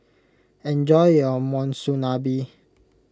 enjoy your Monsunabe